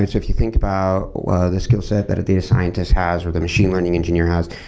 if you think about the skill set that a data scientist has, or the machine learning engineer has,